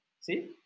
see